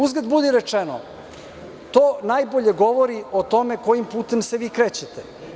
Uzgred budi rečeno, to najbolje govori o tome kojim putem se vi krećete.